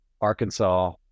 Arkansas